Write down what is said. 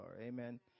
Amen